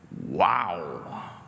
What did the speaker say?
Wow